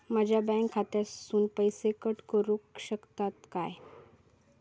माझ्या बँक खात्यासून पैसे कट करुक शकतात काय?